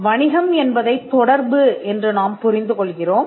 வணிகம் என்பதைத் தொடர்பு என்று நாம் புரிந்து கொள்கிறோம்